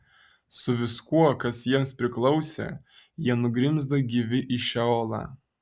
su viskuo kas jiems priklausė jie nugrimzdo gyvi į šeolą